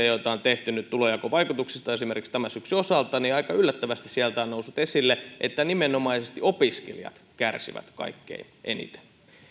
joita on tehty nyt tulonjakovaikutuksista esimerkiksi tämän syksyn osalta niin aika yllättävästi sieltä on noussut esille että nimenomaisesti opiskelijat kärsivät kaikkein eniten